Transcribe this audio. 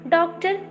Doctor